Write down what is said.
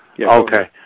Okay